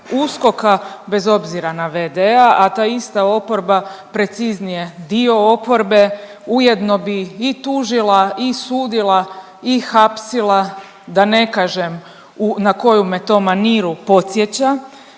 USKOK-a bez obzira na v.d.-a a ta ista oporba preciznije dio oporbe ujedno bi i tužila i sudila i hapsila da ne kažem na koju me to maniru podsjeća.